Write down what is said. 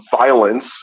Violence